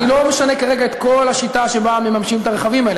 אני לא משנה כרגע את כל השיטה שבה מממשים את הרכבים האלה.